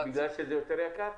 בגלל שזה יותר יקר?